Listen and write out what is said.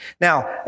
Now